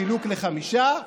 חילוק לחמישה,